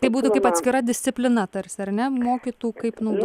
tai būtų kaip atskira disciplina tarsi ar ne mokytų kaip naudoti